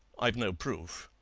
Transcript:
i've no proof.